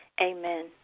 Amen